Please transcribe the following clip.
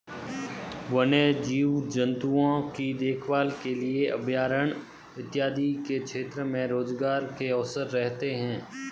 वन्य जीव जंतुओं की देखभाल के लिए अभयारण्य इत्यादि के क्षेत्र में रोजगार के अवसर रहते हैं